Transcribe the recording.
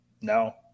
No